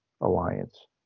alliance